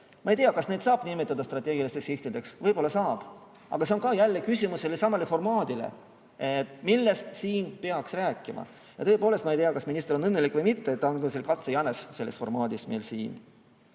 Ma ei tea, kas neid saab nimetada strateegilisteks sihtideks. Võib-olla saab. Aga see on jälle küsimus sellesama formaadi kohta: millest siin peaks rääkima? Ja tõepoolest, ma ei tea, kas minister on õnnelik või mitte, ta on katsejänes selles formaadis meil siin.